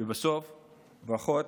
ולבסוף ברכות,